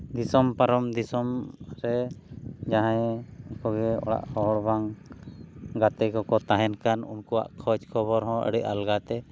ᱫᱤᱥᱚᱢ ᱯᱟᱨᱚᱢ ᱫᱤᱥᱚᱢ ᱨᱮ ᱡᱟᱦᱟᱸᱭ ᱠᱚᱜᱮ ᱚᱲᱟᱜ ᱦᱚᱲ ᱵᱟᱝ ᱜᱟᱛᱮ ᱠᱚᱠᱚ ᱛᱟᱦᱮᱱ ᱠᱷᱟᱱ ᱩᱱᱠᱩᱣᱟᱜ ᱠᱷᱚᱡᱽ ᱠᱷᱚᱵᱚᱨ ᱦᱚᱸ ᱟᱹᱰᱤ ᱟᱞᱜᱟ ᱛᱮ